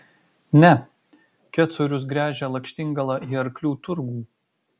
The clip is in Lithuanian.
ne kecorius gręžia lakštingalą į arklių turgų